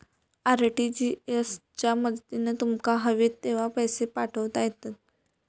RTGS च्या मदतीन तुमका हवे तेव्हा पैशे पाठवता येतत